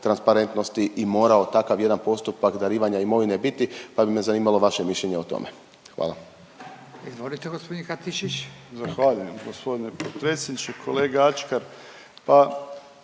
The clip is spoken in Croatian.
transparentnosti i morao takav jedan postupak darivanja imovine biti, pa bi me zanimalo vaše mišljenje o tome. Hvala. **Radin, Furio (Nezavisni)** Izvolite gospodin Katičić. **Katičić,